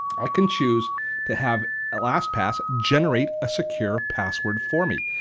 i can choose to have ah lastpass generate a secure password for me.